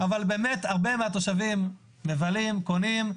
אבל הרבה מהתושבים מבלים וקונים.